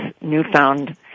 newfound